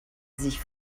sich